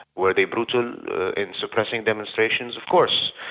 were they brutal in suppressing demonstrations? of course.